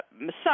massage